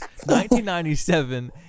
1997